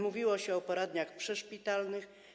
Mówiło się o poradniach przyszpitalnych.